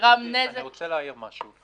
גרם נזק --- אני רוצה להעיר משהו.